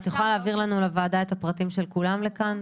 את יכולה להעביר לנו, לוועדה, את פרטי כולם לכאן?